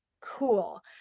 cool